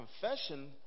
confession